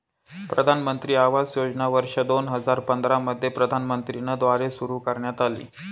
प्रधानमंत्री आवास योजना वर्ष दोन हजार पंधरा मध्ये प्रधानमंत्री न द्वारे सुरू करण्यात आली